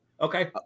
Okay